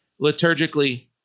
Liturgically